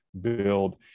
build